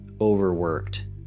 overworked